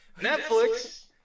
Netflix